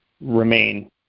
remain